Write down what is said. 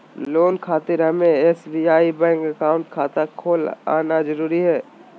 Loan खातिर हमें SBI bank account खाता खोल आना जरूरी है?